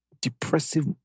depressive